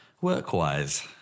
Work-wise